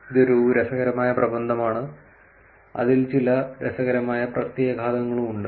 ഇതൊരു രസകരമായ പ്രബന്ധമാണ് അതിൽ ചില രസകരമായ പ്രത്യാഘാതങ്ങളും ഉണ്ട്